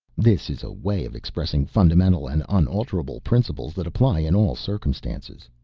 this is a way of expressing fundamental and unalterable principles that apply in all circumstances.